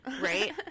right